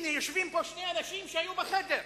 הנה, יושבים פה שני אנשים שהיו בחדר.